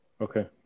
Okay